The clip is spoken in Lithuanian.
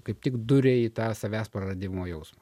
kaip tik duria į tą savęs praradimo jausmą